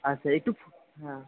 আচ্ছা একটু হ্যাঁ